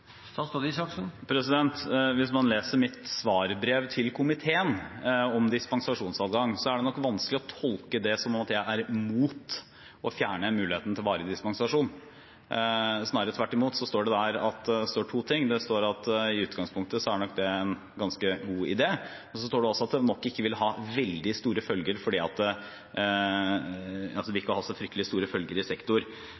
mitt svarbrev til komiteen om dispensasjonsadgang, er det nok vanskelig å tolke det som at jeg er imot å fjerne muligheten til varig dispensasjon, snarere tvert imot. Det står to ting. Det står at i utgangspunktet er nok dette en ganske god idé. Så står det også at det nok ikke vil få så fryktelig store følger i sektoren. Så er det alltid slik – og det tror jeg gjelder enhver regjering – at